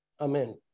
Amen